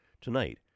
Tonight